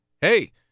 Hey